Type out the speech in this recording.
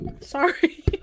sorry